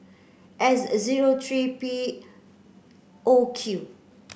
S zero three P O Q